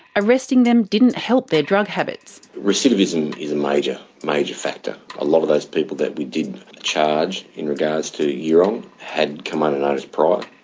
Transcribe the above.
arresting them didn't help their drug habits. recidivism is a major, major factor, a lot of those people that we did charge in regards to eurong, had had come under notice prior.